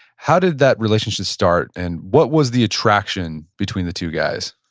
how did that relationship start, and what was the attraction between the two guys?